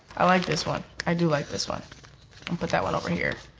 i like this one, i do like this one, i'm put that one over here.